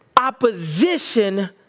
opposition